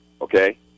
Okay